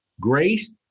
Grace